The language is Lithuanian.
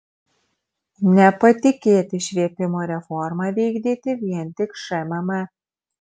nepatikėti švietimo reformą vykdyti vien tik šmm